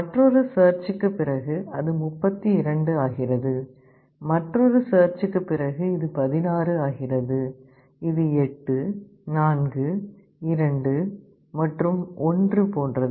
மற்றொரு சேர்ச்க்குப் பிறகு அது 32 ஆகிறது மற்றொரு சேர்ச்க்குப் பிறகு இது 16 ஆகிறது இது 8 4 2 மற்றும் 1 போன்றது